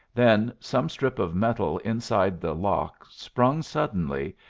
then some strip of metal inside the lock sprung suddenly,